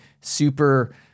super